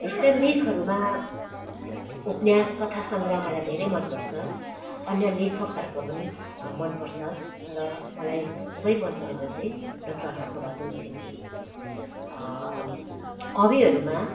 यस्तै लेखहरूमा उपन्यास कथा सङ्ग्रह मलाई धेरै मन पर्छ अन्य लेखकहरूको पनि मन पर्छ तर मलाई खुबै मन परेको चाहिँ डक्टर हर्क बहादुर छेत्री कविहरूमा